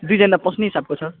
दुईजना पस्ने हिसाबको छ